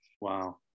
Wow